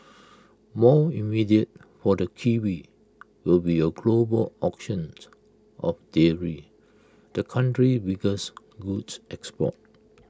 more immediate for the kiwi will be A global auctions of dairy the country's biggest goods export